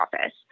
office